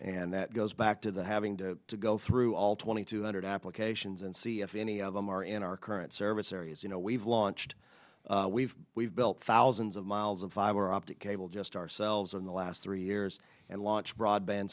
that goes back to the having to all through all twenty two hundred applications and see if any of them are in our current service areas you know we've launched we've we've built thousands of miles of fiber optic cable just ourselves in the last three years and launched broadband